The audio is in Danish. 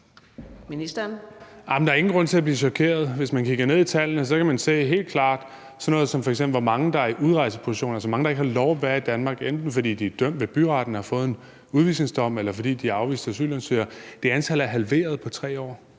er ingen grund til at blive chokeret. Hvis man kigger ned i tallene, kan man helt klart se sådan noget som, f.eks. hvor mange der er i udrejseposition, altså hvor mange der ikke har lov at være i Danmark, enten fordi de er dømt ved byretten og har fået en udvisningsdom, eller fordi de er afviste asylansøgere. Det antal er halveret på 3 år,